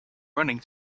running